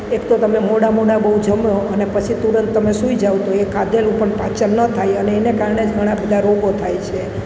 એક તો તમે મોડા મોડા બહુ જમો અને પછી તુરંત તમે સૂઈ જાઓ તો એ ખાધેલું પણ પાચન ન થાય અને એને કારણે જ ઘણા બધા રોગો થાય છે